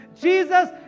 Jesus